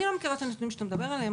אני לא מכירה את הנתונים שאתה מדבר עליהם.